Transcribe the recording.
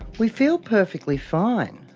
we feel perfectly fine.